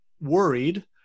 worried